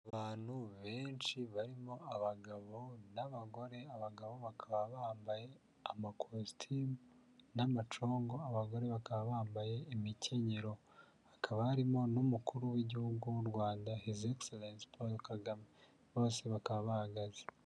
Abantu benshi barimo abagabo n'abagore, abagabo bakaba bambaye amakositimu n'amacongo, abagore bakaba bambaye imikenyero, hakaba harimo n'umukuru w'igihugu mu Rwanda hisi egiserensi Paul Kagame, bose bakaba bahagaze.